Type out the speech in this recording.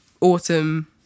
autumn